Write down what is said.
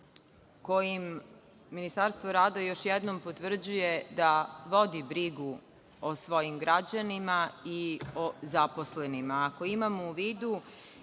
kojim Ministarstvo rada još jednom potvrđuje da vodi brigu o svojim građanima i zaposlenima, ako imamo u vidu